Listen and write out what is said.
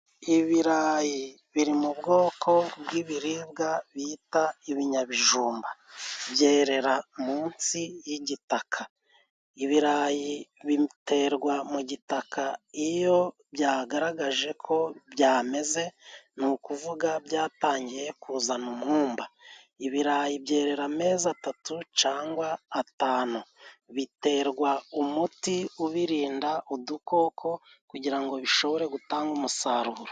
Ibirayi biri mu bwoko bw'biribwa bita ibinyabijumba byerera munsi y'igitaka. Ibirayi biterwa mu gitaka iyo byagaragaje ko byameze ni ukuvuga byatangiye kuzana umwumba. Ibirayi byerera amezi atatu cangwa atanu, biterwa umuti ubirinda udukoko kugira ngo bishobore gutanga umusaruro.